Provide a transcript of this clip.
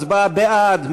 הצבעה בעד,